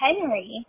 Henry